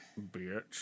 Bitch